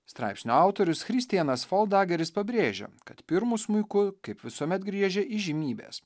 straipsnio autorius kristianas foldageris pabrėžia kad pirmu smuiku kaip visuomet griežia įžymybės